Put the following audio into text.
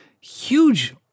Huge